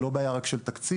היא לא בעיה רק של תקציב,